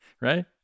right